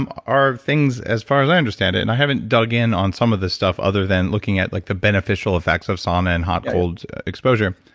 um are things as far as i understand it, and i haven't dug in on some of the stuff other than looking at like the beneficial effects of some and hot cold exposure,